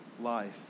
life